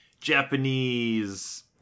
Japanese